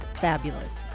fabulous